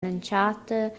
entschatta